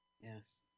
Yes